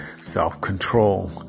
self-control